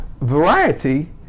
variety